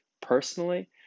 personally